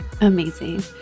Amazing